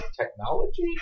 technology